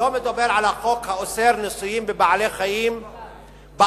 הוא לא מדבר על החוק האוסר ניסויים בבעלי-חיים בארץ,